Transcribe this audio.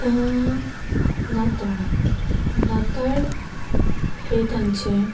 आतां नाताळ नाताळ हें तांचें